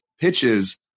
pitches